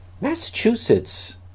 Massachusetts